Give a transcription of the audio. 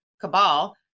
Cabal